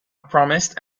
promised